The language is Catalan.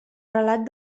relat